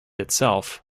itself